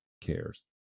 cares